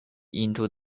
into